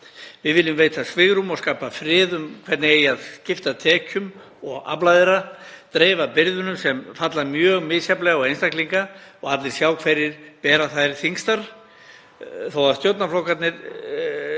Við viljum veita svigrúm og skapa frið um hvernig eigi að skipta tekjum og afla þeirra, dreifa byrðunum sem falla mjög misjafnlega á einstaklinga og allir sjá hverjir bera þær þyngstar þó að stjórnarflokkarnir